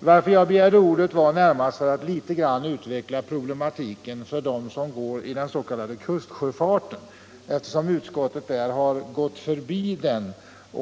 Anledningen till att jag begärde ordet var närmast att jag litet grand vill utveckla problematiken för dem som går i den s.k. kustsjöfarten, eftersom utskottet nästan helt gått förbi den detaljen i